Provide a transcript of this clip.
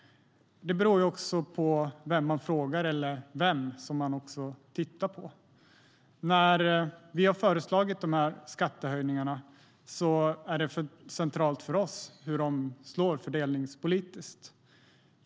Det beror på vem man frågar och också vem man tittar på. När vi föreslagit skattehöjningarna har det varit centralt för oss att ta hänsyn till hur de slår fördelningspolitiskt.